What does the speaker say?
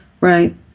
Right